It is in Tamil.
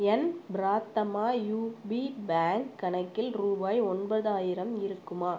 என் பிராத்தமா யூபி பேங்க் கணக்கில் ரூபாய் ஒன்பதாயிரம் இருக்குமா